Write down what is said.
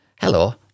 hello